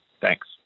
Thanks